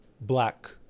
black